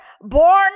born